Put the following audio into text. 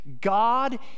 God